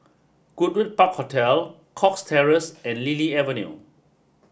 Goodwood Park Hotel Cox Terrace and Lily Avenue